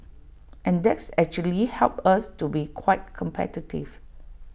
and that's actually helped us to be quite competitive